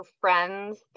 friends